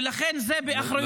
ולכן זה באחריותכם.